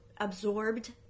absorbed